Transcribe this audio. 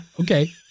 Okay